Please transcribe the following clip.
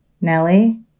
Nelly